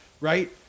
Right